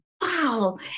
wow